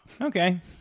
okay